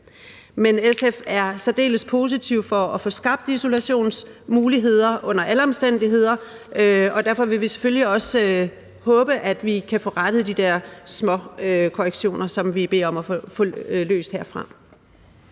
Men SF er særdeles positiv over for at få skabt isolationsmuligheder under alle omstændigheder, og derfor vil vi selvfølgelig også håbe, at vi kan få foretaget de der småkorrektioner, som vi beder om at få løst herfra.